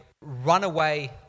runaway